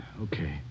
Okay